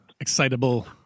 Excitable